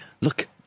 look